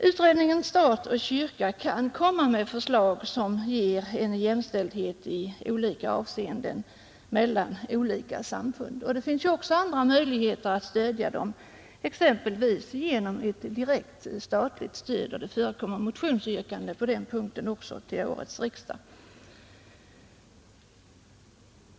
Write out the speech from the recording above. Utredningen kyrka—stat kan lägga fram förslag som ger jämställdhet i olika avseenden mellan olika samfund. Det finns också andra möjligheter att stödja olika samfund, exempelvis genom direkt statligt stöd, och det förekommer motionsyrkanden till årets riksdag även på den punkten.